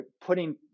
putting